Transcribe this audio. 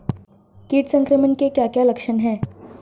कीट संक्रमण के क्या क्या लक्षण हैं?